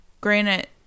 granite